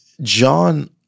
John